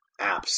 apps